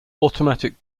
automatic